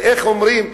ואיך אומרים,